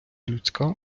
людська